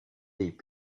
des